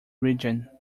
region